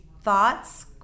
Thoughts